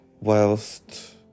whilst